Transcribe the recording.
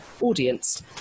audience